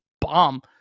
bomb